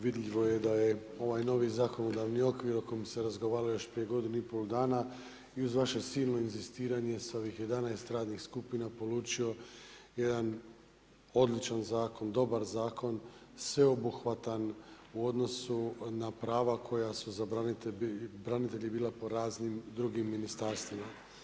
Vidljivo je da je ovaj novi zakonodavni okvir o kojem se razgovaralo još prije godinu i pol dana i uz vaše silno inzistiranje s ovih 11 radnih skupina polučio jedan odličan zakon, dobar zakon sveobuhvatan u odnosu na prava koja su za branitelje bila po raznim drugim ministarstvima.